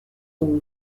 aux